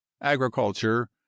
agriculture